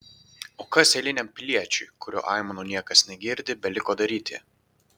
o kas eiliniam piliečiui kurio aimanų niekas negirdi beliko daryti